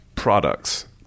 Products